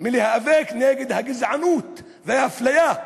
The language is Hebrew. מלהיאבק נגד הגזענות והאפליה.